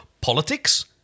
politics